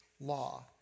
law